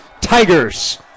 Tigers